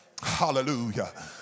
Hallelujah